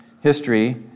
history